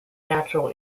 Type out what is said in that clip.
natural